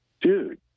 dude